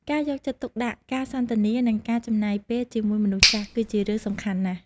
ការយកចិត្តទុកដាក់ ការសន្ទនា និងការចំណាយពេលជាមួយមនុស្សចាស់ គឺជារឿងសំខាន់ណាស់។